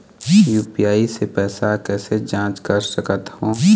UPI से पैसा कैसे जाँच कर सकत हो?